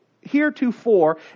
heretofore